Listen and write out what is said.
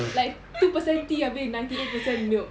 like two per cent tea abeh ninety nine per cent milk